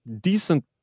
decent